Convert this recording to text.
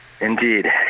Indeed